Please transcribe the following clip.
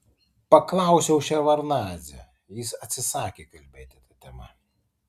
paklausiau ševardnadzę jis atsisakė kalbėti ta tema